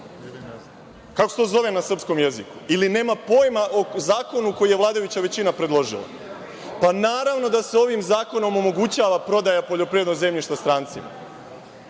Kako se to zove na srpskom jeziku? Ili, nema pojma o zakonu koji je vladajuća većina predložila. Naravno da se ovim zakonom omogućava prodaja poljoprivrednog zemljišta strancima,